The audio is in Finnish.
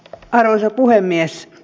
arvoisa puhemies